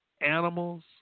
animals